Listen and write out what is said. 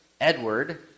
Edward